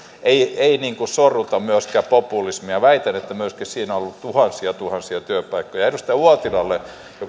ollut ei sorruta myöskään populismiin väitän että myöskin siinä on ollut tuhansia tuhansia työpaikkoja edustaja uotilalle joka ei